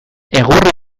egurra